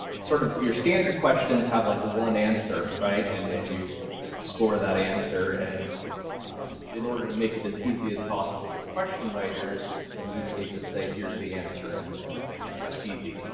sort of your standard questions have like one answer right, and and you score that answer and in order to make it as easy as possible for question writers, usually just say here's the answer and and that makes your life easy.